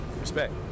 Respect